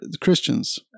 Christians